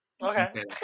okay